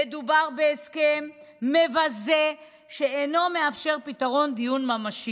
מדובר בהסכם מבזה, שאינו מאפשר פתרון דיור ממשי.